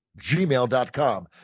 gmail.com